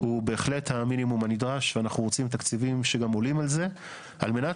הוא בהחלט המינימום הנדרש ואנחנו רוצים תקציבים שגם עולים על זה על מנת